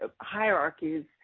hierarchies